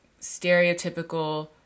stereotypical